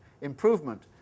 improvement